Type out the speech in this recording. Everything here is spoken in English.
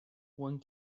one